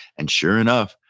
and, sure enough,